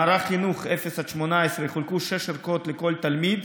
במערכת החינוך, 0 18, יחולקו שש ערכות לכל תלמיד,